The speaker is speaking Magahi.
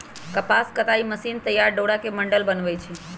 कपास कताई मशीन तइयार डोरा के बंडल बनबै छइ